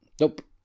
Nope